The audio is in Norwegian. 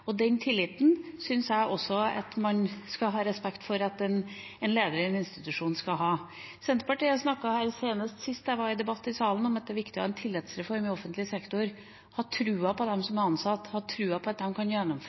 stillingene. Den tilliten syns jeg man skal ha respekt for at en leder i en institusjon skal ha. Senest sist jeg var i debatt i salen, snakket Senterpartiet om at det var viktig med en tillitsreform i offentlig sektor, ha troen på dem som er ansatt, ha troen på at de kan gjennomføre